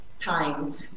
times